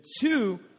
two